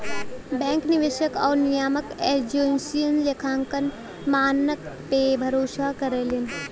bank निवेशक आउर नियामक एजेंसियन लेखांकन मानक पे भरोसा करलीन